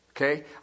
Okay